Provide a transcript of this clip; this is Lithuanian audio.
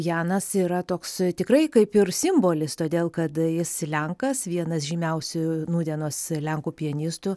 janas yra toks tikrai kaip ir simbolis todėl kad jis lenkas vienas žymiausių nūdienos lenkų pianistų